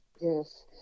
Yes